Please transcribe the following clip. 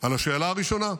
על השאלה הראשונה.